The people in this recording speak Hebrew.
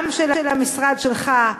גם של המשרד שלך,